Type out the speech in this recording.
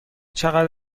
چقدر